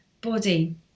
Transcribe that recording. body